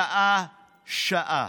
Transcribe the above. שעה-שעה.